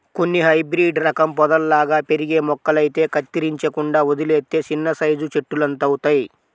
కొన్ని హైబ్రేడు రకం పొదల్లాగా పెరిగే మొక్కలైతే కత్తిరించకుండా వదిలేత్తే చిన్నసైజు చెట్టులంతవుతయ్